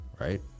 Right